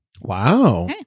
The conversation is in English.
Wow